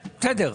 בסדר.